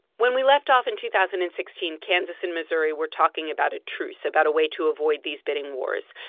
when we left off in two thousand and sixteen, kansas and missouri were talking about a truce, about a way to avoid these bidding wars.